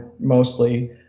mostly